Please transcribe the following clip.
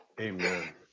amen